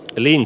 eli